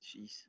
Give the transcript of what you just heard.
Jeez